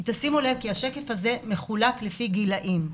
שימו לב שהשקף הזה מחולק לפי גילאים,